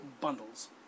bundles